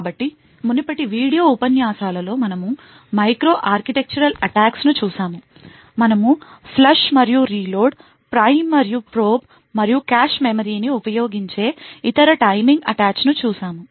కాబట్టి మునుపటి వీడియో ఉపన్యాసాలలో మనము మైక్రో ఆర్కిటెక్చరల్ అటాక్స్ ను చూశాము మనము ఫ్లష్ మరియు రీలోడ్ ప్రైమ్ మరియు ప్రోబ్ మరియు కాష్ మెమరీని ఉపయోగించే ఇతర టైమింగ్ అటాచ్ ను చూశాము